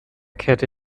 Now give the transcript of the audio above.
kehrte